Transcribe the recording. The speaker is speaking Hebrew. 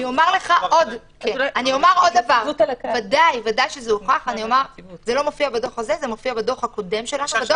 זה הוכח וזה מופיע בדוח הקודם שלנו.